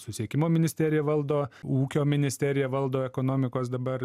susisiekimo ministerija valdo ūkio ministerija valdo ekonomikos dabar